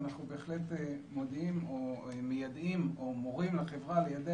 אנחנו בהחלט מודיעים או מיידעים או מורים לחברה ליידע